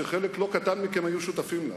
שחלק לא קטן מכם היו שותפים להן.